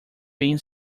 being